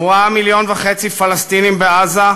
הוא ראה 1.5 מיליון פלסטינים בעזה,